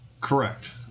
Correct